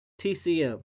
TCM